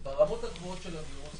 ברמות הגבוהות של הווירוס,